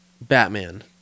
Batman